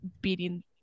beating